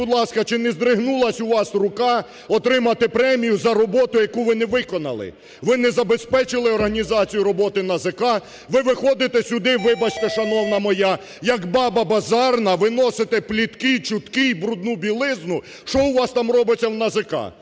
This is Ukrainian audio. чи не здригнулась у вас рука отримати премію за роботу, яку ви не виконали?! Ви не забезпечили організацію роботи НАЗК, ви виходите сюди, вибачте, шановна моя, як баба базарна, виносите плітки, чутки і брудну білизну, що у вас там робиться в НАЗК!